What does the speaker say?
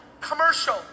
commercial